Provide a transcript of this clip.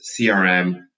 CRM